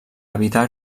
evitar